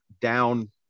down